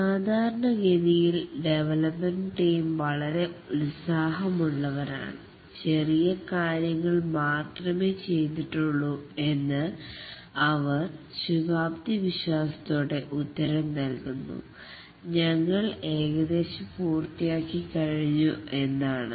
സാധാരണഗതിയിൽ development team വളരെ ഉത്സാഹം ഉള്ളവരാണ് ചെറിയ കാര്യങ്ങൾ മാത്രമേ ചെയ്തിട്ടുള്ളൂ എന്ന് അവർ ശുഭാപ്തി വിശ്വാസത്തോടെ ഉത്തരം നൽകുന്നു ഞങ്ങൾ ഏകദേശം പൂർത്തിയായി കഴിഞ്ഞു എന്നാണ്